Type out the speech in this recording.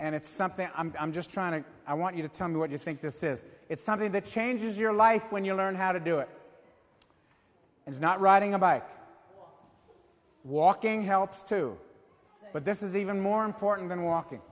and it's something i'm i'm just trying to i want you to tell me what you think this is it's something that changes your life when you learn how to do it and not riding a bike walking helps too but this is even more important than walking